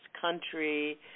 country